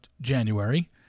January